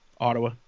Ottawa